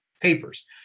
papers